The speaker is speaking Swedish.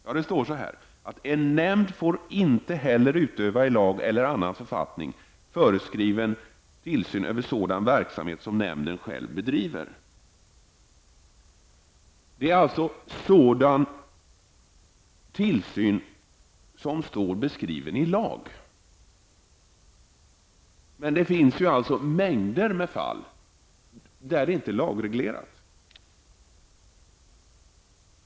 Jo, där står det: En nämnd får inte heller utöva i lag eller i annan författning föreskriven tillsyn över sådan verksamhet som nämnden själv bedriver. Det är alltså sådan tillsyn som finns beskriven i lagen. Men det finns också en mängd fall där sådant här inte är lagreglerat.